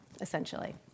essentially